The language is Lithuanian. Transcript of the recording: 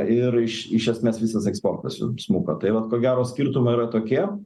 ir iš iš esmės visas eksportas jiem smuko tai vat ko gero skirtumai yra tokie